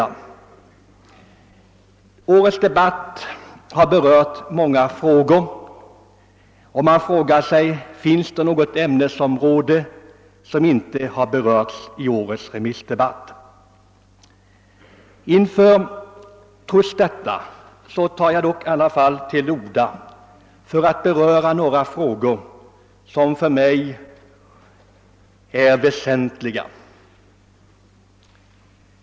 Årets debatt har berört många spörsmål och man frågar sig, om det finns något ämnesområde som inte tagits upp. Trots detta vill jag ta till orda i några frågor som är väsentliga för mig.